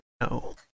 no